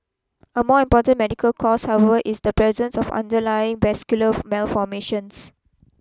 a more important medical cause is the presence of underlying vascular malformations